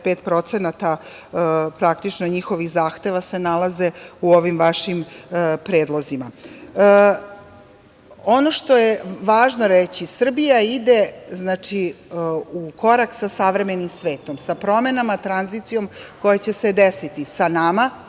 njihovih zahteva se nalaze u ovim vašim predlozima. Ono što je važno reći, Srbija ide u korak sa savremenim svetom, sa promenama, tranzicijom koja će se desiti, sa nama